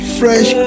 fresh